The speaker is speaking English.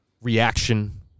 reaction